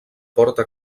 porta